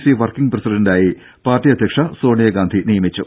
C working പ്രസിഡണ്ടായി party അധ്യക്ഷ സോണിയഗാന്ധി നിയമിച്ചു